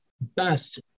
best